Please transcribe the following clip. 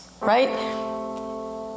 right